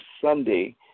Sunday